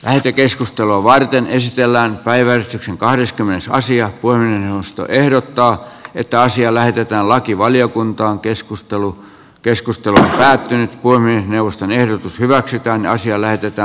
lähetekeskustelua varten esitellään päiväystyksen kahdeskymmenes vuosia voi nostaa ehdottaa että asiaa lähdetään lakivaliokuntaan keskustelu keskustelu päättyi kolmeen neuvoston ehdotus hyväksytään tänne saliin